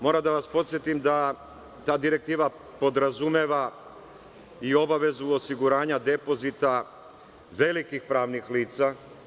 Moram da vas podsetim da ta direktiva podrazumeva i obavezu osiguranja depozita velikih pravnih lica.